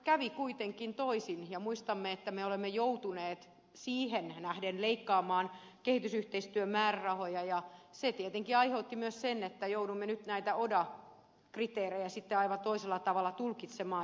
kävi kuitenkin toisin ja muistamme että me olemme joutuneet siihen nähden leikkaamaan kehitysyhteistyömäärärahoja ja se tietenkin aiheutti myös sen että joudumme nyt näitä oda kriteerejä aivan toisella tavalla tulkitsemaan